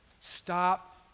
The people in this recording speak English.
Stop